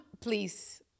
please